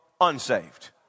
unsaved